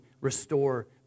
restore